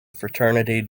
fraternity